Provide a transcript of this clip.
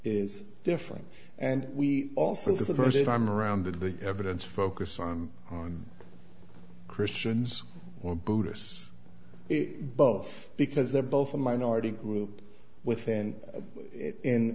is different and we also this is the first time around the evidence focus on christians or buddhists both because they're both a minority group within in